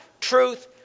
truth